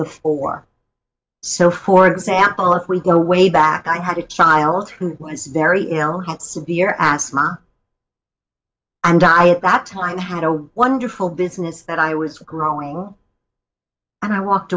the fore so for example if we go way back i had a child who was very ill had severe asthma and i at that time had a wonderful business that i was growing up and i walked